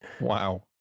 Wow